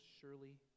surely